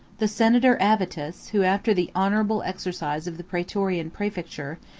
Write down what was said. the senator avitus, who, after the honorable exercise of the praetorian praefecture,